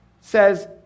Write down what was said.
says